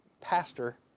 pastor